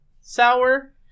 sour